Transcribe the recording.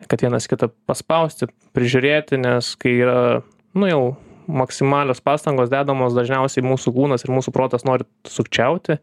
kad vienas kitą paspausti prižiūrėti nes kai yra nu jau maksimalios pastangos dedamos dažniausiai mūsų kūnas ir mūsų protas nori sukčiauti